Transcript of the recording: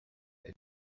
they